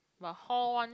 but hall one